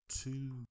two